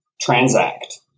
transact